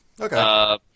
Okay